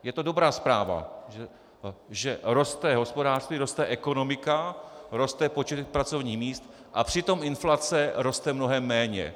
Je to dobrá zpráva, že roste hospodářství, roste ekonomika, roste počet pracovních míst a přitom inflace roste mnohem méně.